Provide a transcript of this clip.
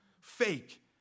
fake